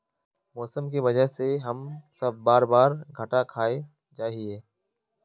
मौसम के वजह से हम सब बार बार घटा खा जाए हीये?